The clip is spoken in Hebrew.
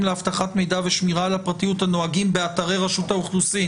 לאבטחת מידע ושמירה על הפרטיות הנהוגים באתרי רשות האוכלוסין"